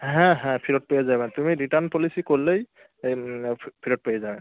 হ্যাঁ হ্যাঁ ফেরত পেয়ে যাবেন তুমি রিটার্ন পলিসি করলেই ফি ফেরত পেয়ে যাবে